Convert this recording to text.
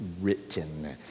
written